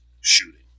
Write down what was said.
shooting